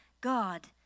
God